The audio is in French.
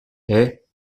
est